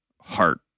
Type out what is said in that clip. heart